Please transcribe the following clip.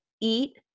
eat